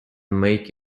make